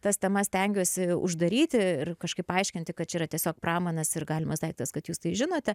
tas temas stengiuosi uždaryti ir kažkaip paaiškinti kad čia yra tiesiog pramanas ir galimas daiktas kad jūs tai žinote